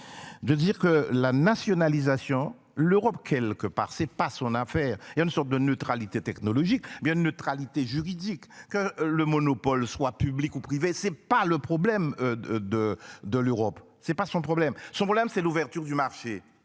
De dire que la nationalisation l'Europe quelque part c'est pas son affaire. Il y a une sorte de neutralité technologique bien de neutralité juridique que le monopole soit public ou privé c'est pas le problème de de de l'Europe c'est pas son problème. Son problème c'est l'ouverture du marché